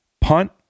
punt